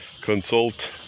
Consult